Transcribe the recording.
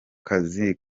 kazi